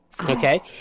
Okay